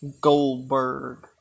Goldberg